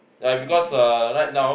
ah because uh right now